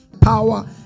Power